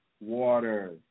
Water